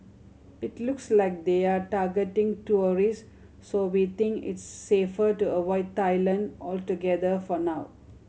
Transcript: it looks like they're targeting tourist so we think it's safer to avoid Thailand altogether for now